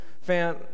fan